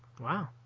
Wow